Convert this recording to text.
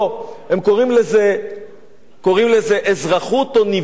הם קוראים לזה "אזרחות אוניברסלית".